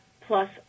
plus